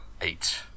eight